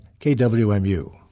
KWMU